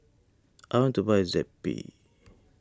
I want to buy Zappy